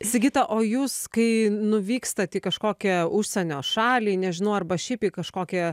sigita o jūs kai nuvykstat į kažkokią užsienio šalį nežinau arba šiaip į kažkokią